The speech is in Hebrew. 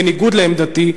בניגוד לעמדתי,